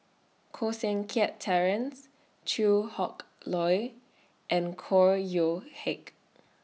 Koh Seng Kiat Terence Chew Hock Leong and Chor Yeok Heck